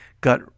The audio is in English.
got